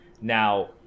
now